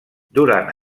durant